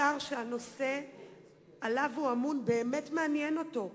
שר שהנושא שעליו הוא ממונה באמת מעניין אותו,